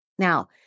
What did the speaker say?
Now